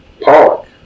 Pollock